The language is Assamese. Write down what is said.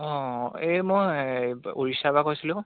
অঁ এই মই উৰিষ্যা পা কৈছিলো